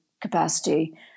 capacity